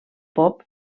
pop